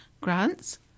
grants